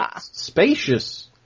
spacious